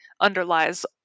underlies